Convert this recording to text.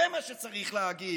זה מה שצריך להגיד,